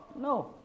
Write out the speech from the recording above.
No